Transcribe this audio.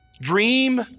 Dream